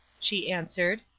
she answered,